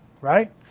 right